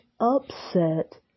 upset